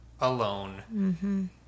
alone